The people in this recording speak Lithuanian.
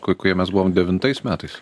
kokie mes buvome devintais metais